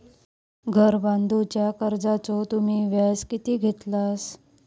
घर बांधूच्या कर्जाचो तुम्ही व्याज किती घेतास?